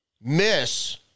miss